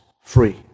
free